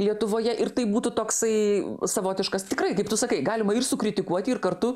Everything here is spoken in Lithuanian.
lietuvoje ir tai būtų toksai savotiškas tikrai kaip tu sakai galima ir sukritikuoti ir kartu